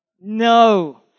No